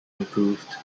improved